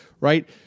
right